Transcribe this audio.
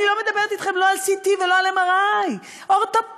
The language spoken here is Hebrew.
אני לא מדברת אתכם לא על CT ולא על MRI. אורתופד,